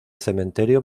cementerio